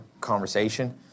conversation